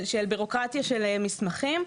של בירוקרטיה של מסמכים,